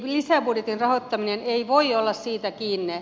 lisäbudjetin rahoittaminen ei voi olla siitä kiinni